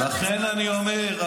לכן אני אומר,